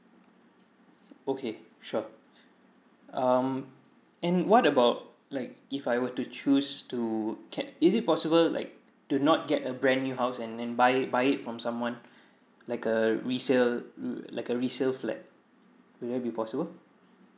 okay sure um and what about like if I were to choose to can is it possible like to not get a brand new house and then buy it buy it from someone like a resale l~ like a resale flat will that be possible